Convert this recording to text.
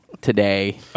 today